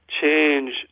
change